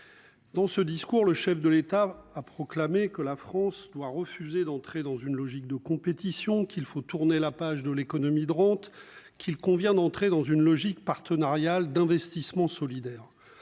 Dans ce discours, le chef de l'État a proclamé que la France doit refuser d'entrer dans une logique de compétition qu'il faut tourner la page de l'économie de rente qu'il convient d'entrer dans une logique partenariale d'investissement solidaire.